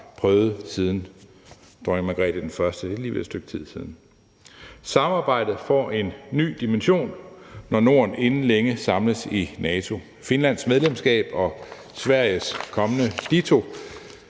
oplevet siden dronning Margrete I – det er alligevel et stykke tid siden. Samarbejdet får en ny dimension, når Norden inden længe samles i NATO med Finlands medlemskab og Sveriges kommende ditto